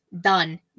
Done